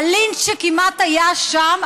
והלינץ' שכמעט היה שם,